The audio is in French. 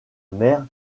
mère